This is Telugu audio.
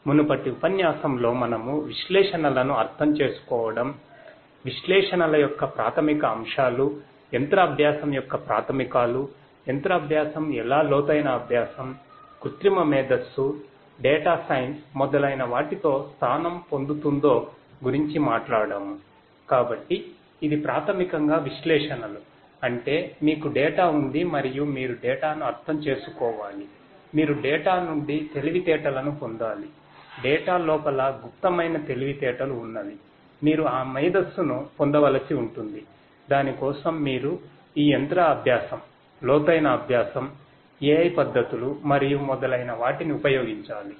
మునుపటి ఉపన్యాసంలో మనము విశ్లేషణలను అర్థం చేసుకోవడం విశ్లేషణల యొక్క ప్రాథమిక అంశాలు మెషిన్ లెర్నింగ్ లోపల గుప్తమైన తెలివితేటలు వున్నవి మీరు ఆ మేధస్సును పొందవలసి ఉంటుంది దాని కోసం మీరు ఈ యంత్ర అభ్యాసం లోతైన అభ్యాసం AI పద్ధతులు మరియు మొదలైన వాటిని ఉపయోగించాలి